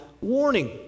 warning